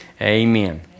amen